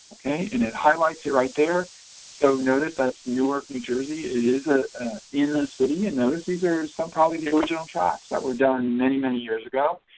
okay and it highlights it right there so notice that's newark new jersey it is a in this city and notice these are some probably the original tracts that we're done many many years ago.